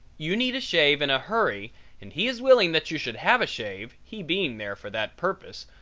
you need a shave in a hurry and he is willing that you should have a shave, he being there for that purpose,